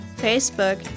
Facebook